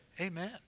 Amen